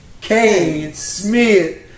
Kane-Smith